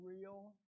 Real